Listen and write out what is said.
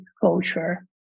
culture